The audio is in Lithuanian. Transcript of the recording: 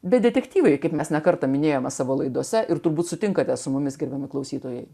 bet detektyvai kaip mes ne kartą minėjome savo laidose ir turbūt sutinkate su mumis gerbiami klausytojai